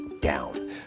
down